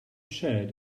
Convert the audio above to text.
shared